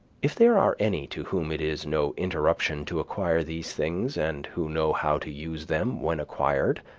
if there are any to whom it is no interruption to acquire these things, and who know how to use them when acquired,